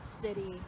city